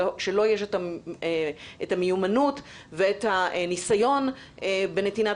שלו יש את המיומנות ואת הניסיון בנתינת